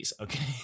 okay